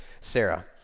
Sarah